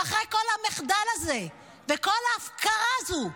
ואחרי כל המחדל הזה וכל ההפקרה הזו,